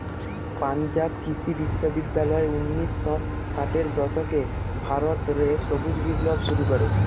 পাঞ্জাব কৃষি বিশ্ববিদ্যালয় উনিশ শ ষাটের দশকে ভারত রে সবুজ বিপ্লব শুরু করে